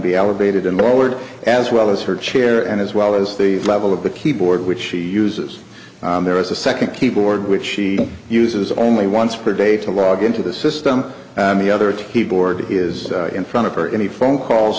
be elevated and lowered as well as her chair and as well as the level of the keyboard which she uses there is a second keyboard which she uses only once per day to log into the system and the other to keyboard is in front of her any phone calls